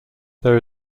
there